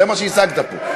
זה מה שהשגת פה.